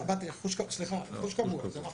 סליחה, רכוש קבוע, נכון.